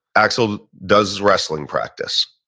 axel does wrestling practice.